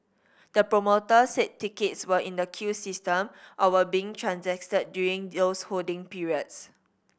the promoter said tickets were in the queue system or were being transacted during those holding periods